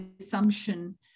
assumption